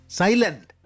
silent